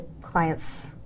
clients